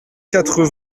quatre